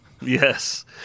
Yes